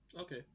Okay